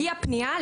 הגיעה פנייה,